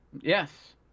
Yes